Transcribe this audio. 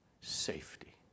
safety